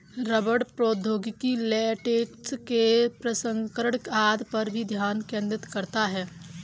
रबड़ प्रौद्योगिकी लेटेक्स के प्रसंस्करण आदि पर भी ध्यान केंद्रित करता है